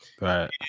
Right